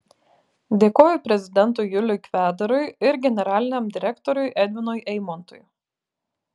dėkoju prezidentui juliui kvedarui ir generaliniam direktoriui edvinui eimontui